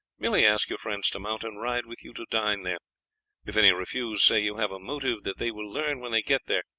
merely ask your friends to mount and ride with you to dine there if any refuse, say you have a motive that they will learn when they get there,